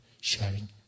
sharing